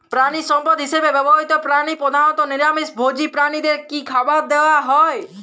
প্রাণিসম্পদ হিসেবে ব্যবহৃত প্রাণী প্রধানত নিরামিষ ভোজী প্রাণীদের কী খাবার দেয়া হয়?